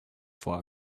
for